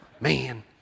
man